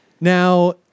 Now